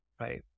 Right